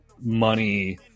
money